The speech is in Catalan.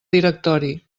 directori